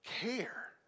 care